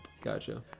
gotcha